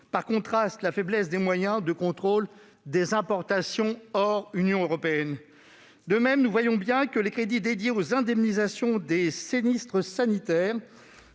par contraste, la faiblesse des moyens de contrôle des importations hors Union européenne. De même, nous le voyons bien, les crédits dédiés aux indemnisations des sinistres sanitaires